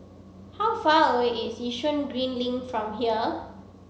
how far away is Yishun Green Link from here